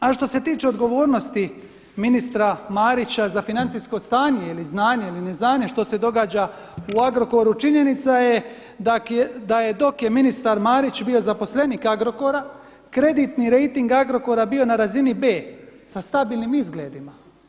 A što se tiče odgovornosti ministra Marića za financijsko stanje ili znanje ili ne znanje što se događa u Agrokoru činjenica je da je dok je ministar Marić bio zaposlenik Agrokora kreditni rejting Agrokora je bio na razini B, sa stabilnim izgledima.